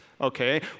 okay